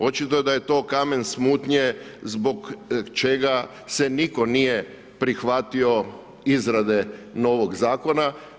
Očito da je to kamen smutnje zbog čega se nitko nije prihvatio izrade novog Zakona.